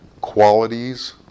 qualities